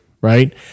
Right